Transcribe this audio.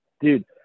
dude